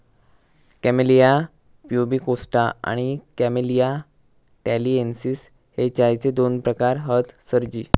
camellia pubicosta आणि camellia taliensis हे चायचे दोन प्रकार हत सरजी